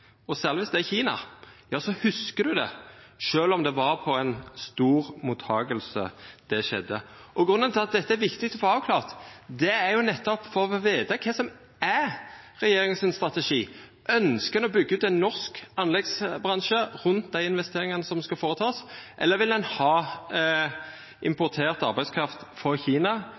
og særleg dersom det er Kina, hugsar ein det, sjølv om det var på ei stor mottaking det skjedde. Grunnen til at dette er viktig å få avklart, er nettopp for å få veta kva som er strategien til regjeringa. Ønskjer ein å byggja ut ein norsk anleggsbransje rundt dei investeringane som skal gjerast, eller vil ein ha importert arbeidskraft frå Kina